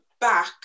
back